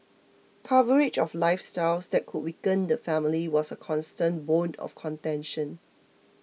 coverage of lifestyles that could weaken the family was a constant bone of contention